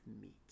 meet